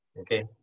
okay